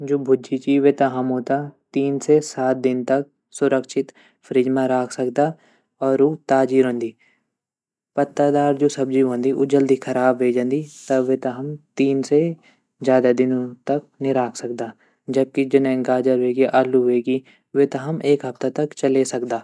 जू भूजी ची वेता हमू त तीन दिन से सात दिन तक सुरक्षित फ्रिज म राख सकदा और ऊ ताज़ी रौंदी पत्तादार जू सब्ज़ी वंदी ऊ जल्दी ख़राब वे ज़ान्दी तब वेता हम तीन से ज़्यादा दिनू तक नी राख सकदा जबकि जने गाजर वेगी आलू वेगी वेता हम एक हफ़्ता तक चले सकदा।